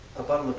about